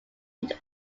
did